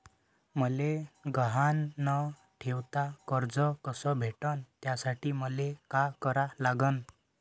मले गहान न ठेवता कर्ज कस भेटन त्यासाठी मले का करा लागन?